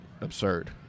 absurd